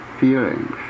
feelings